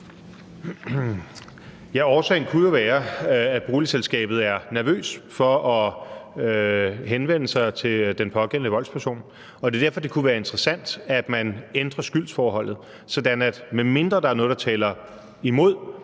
Årsagen kunne jo være, at boligselskabet er nervøs for at henvende sig til den pågældende voldsperson, og det er derfor, at det kunne være interessant, at man ændrede skyldsforholdet sådan, at medmindre der er noget, der taler imod,